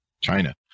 China